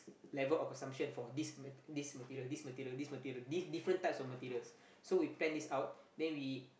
level of consumption for this mat~ this material this material this material these different types of materials so we plan this out then we